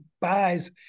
buys